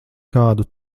kādu